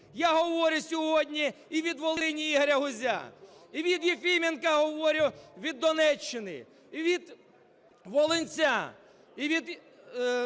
Я говорю сьогодні і від Волині Ігоря Гузя, і від Єфімова говорю від Донеччини, і від Волинця, і від